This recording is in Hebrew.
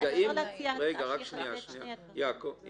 האם